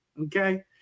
Okay